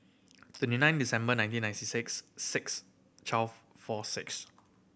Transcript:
twenty nine December nineteen ninety six six twelve four six